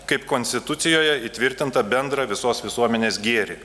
kaip konstitucijoje įtvirtintą bendrą visos visuomenės gėrį